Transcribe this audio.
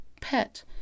pet